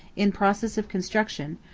in process of construction,